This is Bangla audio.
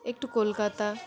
একটু কলকাতা